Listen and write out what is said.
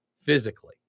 physically